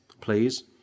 please